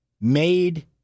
made